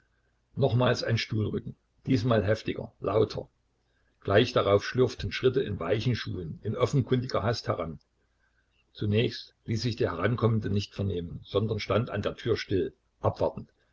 nochmals ein stuhlrücken diesmal heftiger lauter gleich darauf schlürften schritte in weichen schuhen in offenkundiger hast heran zunächst ließ sich der herankommende nicht vernehmen sondern stand an der tür still abwartend